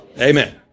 Amen